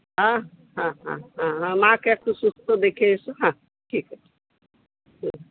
হ্যাঁ হ্যাঁ হ্যাঁ হ্যাঁ আর মাকে একটু সুস্থ দেখে এসো হ্যাঁ ঠিক আছে হ্যাঁ